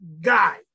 guy